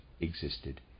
existed